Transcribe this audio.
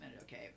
Okay